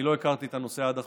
אני לא הכרתי את הנושא עד עכשיו,